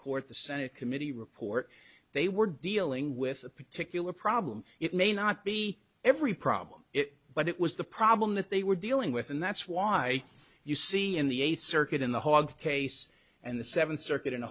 court the senate committee report they were dealing with a particular problem it may not be every problem it but it was the problem that they were dealing with and that's why you see in the eighth circuit in the hawg case and the seventh circuit in